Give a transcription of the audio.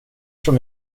som